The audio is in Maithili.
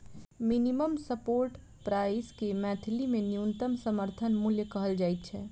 मिनिमम सपोर्ट प्राइस के मैथिली मे न्यूनतम समर्थन मूल्य कहल जाइत छै